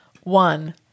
One